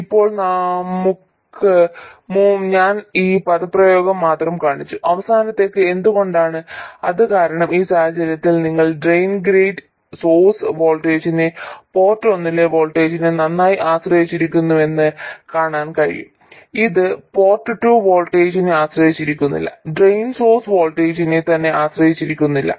ഇപ്പോൾ മുമ്പ് ഞാൻ ഈ പദപ്രയോഗം മാത്രം കാണിച്ചു അവസാനത്തേത് എന്തുകൊണ്ടാണ് അത് കാരണം ഈ സാഹചര്യത്തിൽ നിങ്ങൾ ഡ്രെയിൻ ഗേറ്റ് സോഴ്സ് വോൾട്ടേജിനെ പോർട്ട് ഒന്നിലെ വോൾട്ടേജിനെ നന്നായി ആശ്രയിച്ചിരിക്കുന്നുവെന്ന് കാണാൻ കഴിയും ഇത് പോർട്ട് ടു വോൾട്ടേജിനെ ആശ്രയിക്കുന്നില്ല ഡ്രെയിൻ സോഴ്സ് വോൾട്ടേജിനെ തന്നെ ആശ്രയിക്കുന്നില്ല